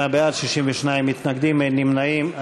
48 בעד, 62 מתנגדים, אין נמנעים.